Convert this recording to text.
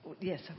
Yes